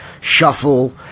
shuffle